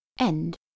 End